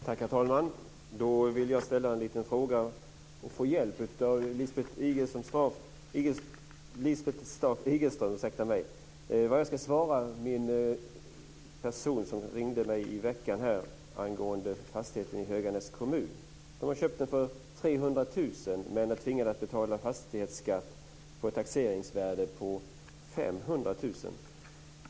Herr talman! Jag vill ställa en liten fråga till Lisbeth Staaf-Igelström och få hjälp med vad jag ska svara en person som ringde mig i veckan angående en fastighet i Höganäs kommun. Familjen har köpt den för 300 000 men är tvingad att betala fastighetsskatt på ett taxeringsvärde på 500 000.